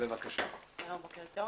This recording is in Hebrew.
הבוקר יום